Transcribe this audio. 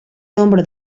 nombre